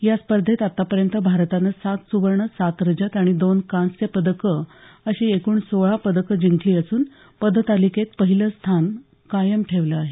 या स्पर्धेत आतापर्यंत भारतानं सात सुवर्ण सात रजत आणि दोन कांस्य पदकं अशी एकूण सोळा पदकं जिंकली असून पदतालिकेत पहिलं स्थान कायम ठेवलं आहे